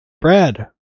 brad